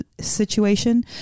situation